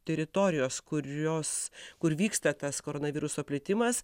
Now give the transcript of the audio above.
teritorijos kurios kur vyksta tas koronaviruso plitimas